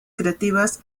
creativas